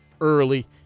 early